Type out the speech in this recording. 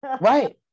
Right